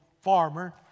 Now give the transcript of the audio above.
farmer